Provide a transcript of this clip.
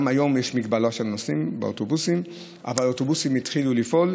גם היום יש מגבלה של נוסעים באוטובוסים אבל אוטובוסים התחילו לפעול,